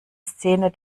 szene